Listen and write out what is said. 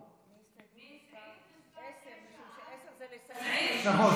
מסעיף מס' 9 עד סעיף 32. נכון,